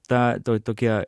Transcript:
tą to tokią